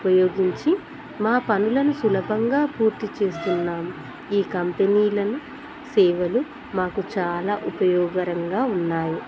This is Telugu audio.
ఉపయోగించి మా పనులను సులభంగా పూర్తి చేస్తున్నాము ఈ కంపెనీలను సేవలు మాకు చాలా ఉపయోగకరంగా ఉన్నాయి